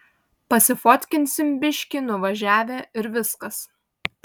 pasifotkinsim biškį nuvažiavę ir viskas